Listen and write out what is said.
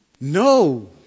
No